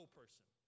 person